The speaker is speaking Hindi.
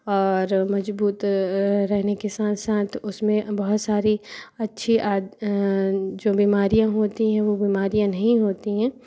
और मजबूत रहने के साथ साथ उसमें बहुत सारी अच्छी जो बीमारियाँ होती है वह बीमारियाँ नहीं होती है